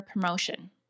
promotion